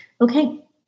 Okay